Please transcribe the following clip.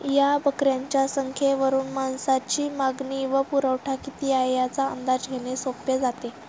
या बकऱ्यांच्या संख्येवरून मांसाची मागणी व पुरवठा किती आहे, याचा अंदाज घेणे सोपे जाते